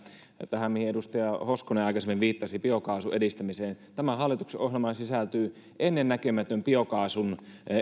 mihin edustaja hoskonen aikaisemmin viittasi biokaasun edistämiseen tämän hallituksen ohjelmaan sisältyy ennennäkemätön biokaasun